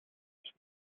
хэрэг